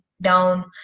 down